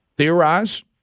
Theorize